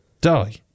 Die